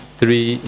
three